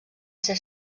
ser